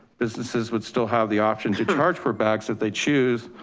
businesses would still have the option to charge for bags if they choose,